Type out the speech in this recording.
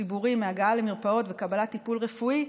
בגלל החשש הציבורי מהגעה למרפאות וקבלת טיפול רפואי,